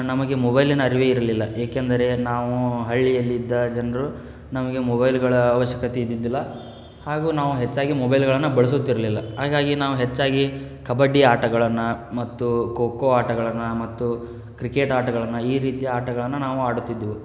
ನಮಗೆ ಮೊಬೈಲಿನ ಅರಿವೇ ಇರಲಿಲ್ಲ ಏಕೆಂದರೆ ನಾವು ಹಳ್ಳಿಯಲ್ಲಿದ್ದ ಜನರು ನಮಗೆ ಮೊಬೈಲ್ಗಳ ಅವಶ್ಯಕತೆ ಇದ್ದಿದ್ದಿಲ್ಲ ಹಾಗೂ ನಾವು ಹೆಚ್ಚಾಗಿ ಮೊಬೈಲುಗಳನ್ನು ಬಳಸುತ್ತಿರಲಿಲ್ಲ ಹಾಗಾಗಿ ನಾವು ಹೆಚ್ಚಾಗಿ ಕಬಡ್ಡಿ ಆಟಗಳನ್ನು ಮತ್ತು ಖೋಖೋ ಆಟಗಳನ್ನು ಮತ್ತು ಕ್ರಿಕೆಟ್ ಆಟಗಳನ್ನು ಈ ರೀತಿ ಆಟಗಳನ್ನು ನಾವು ಆಡುತ್ತಿದ್ದೆವು